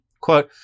Quote